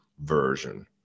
version